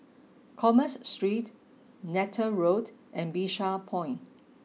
Commerce Street Neythal Road and Bishan Point